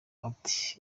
ati